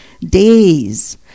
days